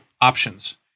options